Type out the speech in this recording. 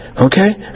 Okay